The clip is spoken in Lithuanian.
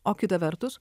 o kita vertus